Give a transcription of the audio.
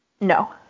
No